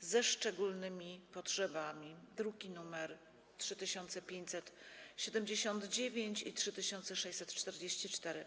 ze szczególnymi potrzebami (druki nr 3579 i 3644)